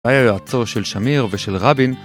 היה יועצו של שמיר ושל רבין